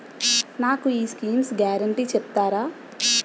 నాకు ఈ schemes guarantee చెప్తారా?